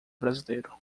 brasileiro